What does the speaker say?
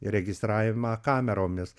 ir registravimą kameromis